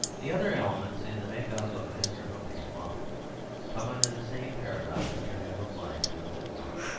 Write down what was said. the other elements in the make-up of master humphrey's clock come under the same paradox which i have applied to the whole work.